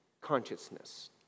consciousness